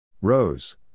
Rose